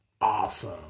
Awesome